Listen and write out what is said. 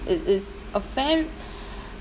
it's it's a fair